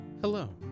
Hello